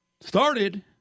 started